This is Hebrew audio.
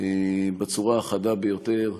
בצורה החדה ביותר: